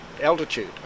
altitude